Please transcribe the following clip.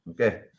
Okay